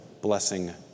blessing